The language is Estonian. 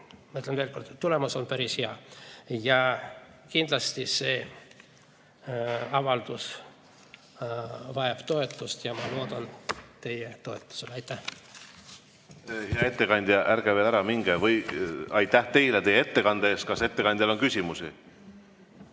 tulemus on päris hea. Kindlasti see avaldus vajab toetust ja ma loodan teie toetusele. Aitäh! Hea ettekandja, ärge veel ära minge. Aitäh teile teie ettekande eest! Kas ettekandjale on küsimusi?